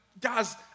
guys